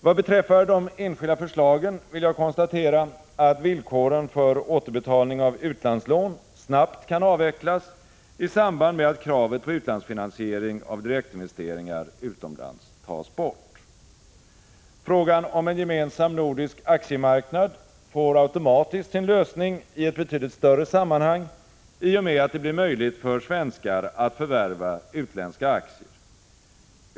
Vad beträffar de enskilda förslagen vill jag konstatera, att villkoren för återbetalning av utlandslån snabbt kan avvecklas i samband med att kravet på utlandsfinansiering av direktinvesteringar utomlands tas bort. Frågan om en gemensam nordisk aktiemarknad får automatiskt sin lösning i ett betydligt större sammanhang i och med att det blir möjligt för svenskar att förvärva utländska aktier.